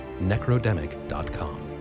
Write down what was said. Necrodemic.com